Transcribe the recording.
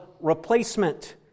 replacement